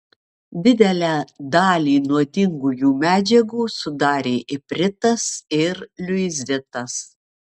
didelę dalį nuodingųjų medžiagų sudarė ipritas ir liuizitas